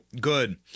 good